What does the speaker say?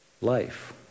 life